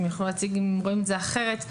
והם יוכלו להציג אם הם רואים את זה הם